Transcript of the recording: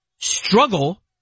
struggle